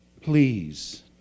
Please